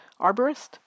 Arborist